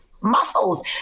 muscles